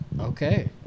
okay